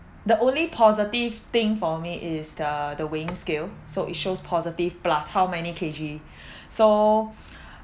the only positive thing for me is the the weighing scale so it shows positive plus how many K_G so